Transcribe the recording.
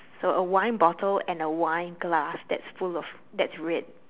so a wine bottle and a wine glass that's full of that's red